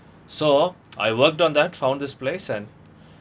so I worked on that found this place and